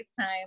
facetime